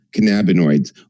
cannabinoids